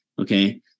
okay